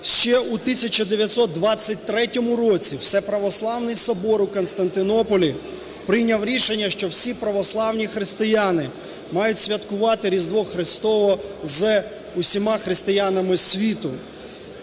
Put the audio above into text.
Ще у 1923 році Всеправославний собор у Константинополі прийняв рішення, що всі православні християни мають святкувати Різдво Христове з усіма християнами світу,